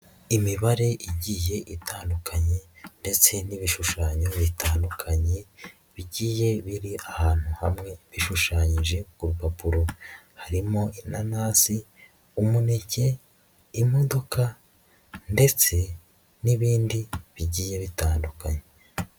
Imibare igiye itandukanye ndetse n'ibishushanyo bitandukanye bigiye biri ahantu hamwe bishushanyije ku rupapuro harimo inanasi, umuneke, imodoka ndetse n'ibindi bigiye bitandukanye.